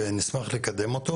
נשמח לקדם אותו.